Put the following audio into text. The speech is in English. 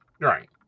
Right